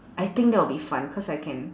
I think that'll be fun cause I can